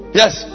yes